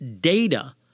data